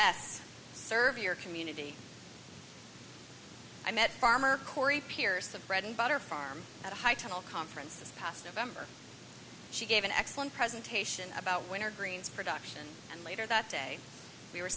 yes serve your community i met farmer corey pierce of bread and butter farm at a high tunnel conference this past november she gave an excellent presentation about winter greens production and later that day we were